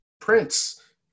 Prince